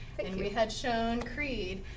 and we had shown creed,